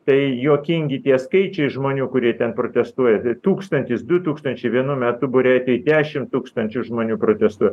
tai juokingi tie skaičiai žmonių kurie ten protestuoja tai tūkstantis du tūkstančiai vienu metu būrė ateit dešimt tūkstančių žmonių protestuot